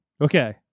okay